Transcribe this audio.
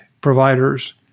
providers